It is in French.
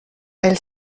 elle